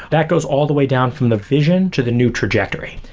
that goes all the way down from the vision, to the new trajectory.